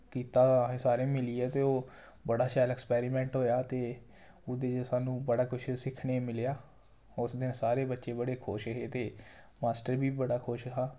कीता असें सारें मिलियै ते ओह् बड़ा शैल एक्सपेरिमेंट होया ते ओह्दे ई सानूं बड़ा कुछ सिक्खने ई मिलेआ उस दिन सारे बच्चे बड़े खुश हे ते मास्टर बी बड़ा खुश हा